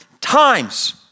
times